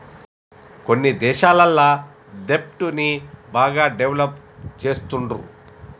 కొన్ని దేశాలల్ల దెబ్ట్ ని బాగా డెవలప్ చేస్తుండ్రు